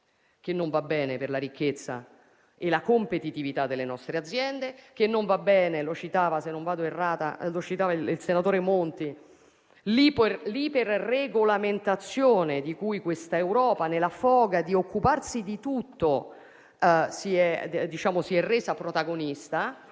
bene: non vanno bene la ricchezza e la competitività delle nostre aziende; non va bene, come citava, se non vado errata, il senatore Monti, l'iperregolamentazione di cui questa Europa, nella foga di occuparsi di tutto, si è resa protagonista,